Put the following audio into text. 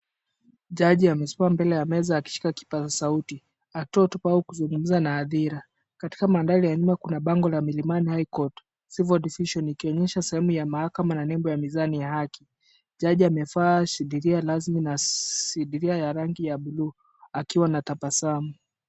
Jaji amesimama mbele ya meza ya kishika kipaza sauti: "Akitoa hotuba au kuzungumza na hadhira, katika mandhari ya nyuma kuna bango la milimani High Court, civil decision ikionyesha sehemu ya mahakama na nembo ya mizani ya haki. Jaji amefaa shidiria lazimi na shidiria ya rangi ya buluu akiwa ana tabasamu.